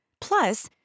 Plus